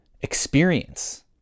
experience